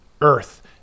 Earth